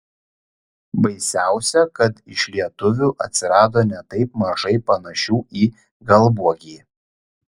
baisiausia kad iš lietuvių atsirado ne taip mažai panašių į galbuogį